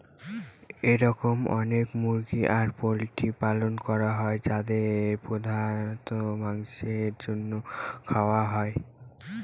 এরকম অনেক মুরগি আর পোল্ট্রির পালন করা হয় যাদেরকে প্রধানত মাংসের জন্য খাওয়া হয়